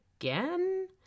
again